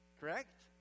Correct